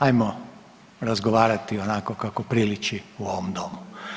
Ajmo razgovarati onako kako priliči u ovom domu.